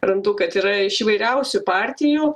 randu kad yra iš įvairiausių partijų